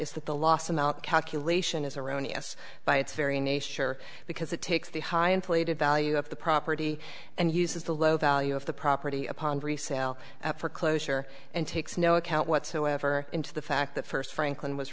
is that the loss amount calculation is erroneous by its very nature because it takes the high inflated value of the property and uses the low value of the property upon resale for closure and takes no account whatsoever into the fact that first franklin was